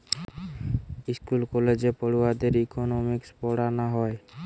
school কলেজে পড়ুয়াদের economics পোড়ানা হয়